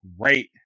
great